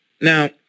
Now